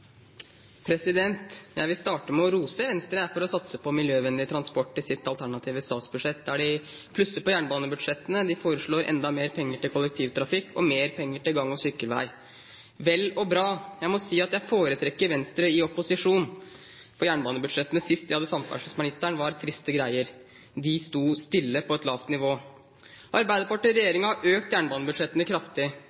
president. Det blir åpnet for replikkordskifte. Jeg vil starte med å rose Venstre for å satse på miljøvennlig transport i sitt alternative statsbudsjett, der de plusser på jernbanebudsjettene, de foreslår enda mer penger til kollektivtrafikk og mer penger til gang- og sykkelvei – vel og bra. Jeg må si at jeg foretrekker Venstre i opposisjon, for jernbanebudsjettene sist de hadde samferdselsministeren, var triste greier – de sto stille på et lavt nivå. Arbeiderpartiet og